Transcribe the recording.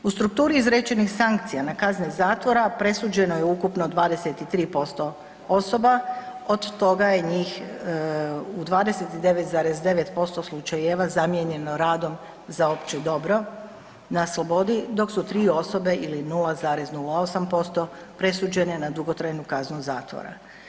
U strukturi izrečenih sankcija na kazne zatvora presuđeno je ukupno 23% osoba, od toga je njih u 29,9% slučajeva zamijenjeno radom za opće dobro na slobodi, dok su 3 osobe ili 0,08% presuđene na dugotrajnu kaznu zatvora.